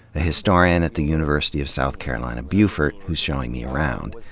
a historian at the university of south carolina beaufort, who's showing me around.